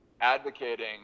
advocating